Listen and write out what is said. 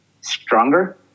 stronger